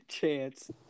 Chance